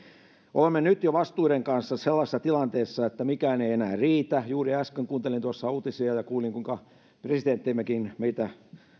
olemme nyt jo vastuiden kanssa sellaisessa tilanteessa että mikään ei enää riitä juuri äsken kuuntelin tuossa uutisia ja kuulin kuinka presidenttimmekin meitä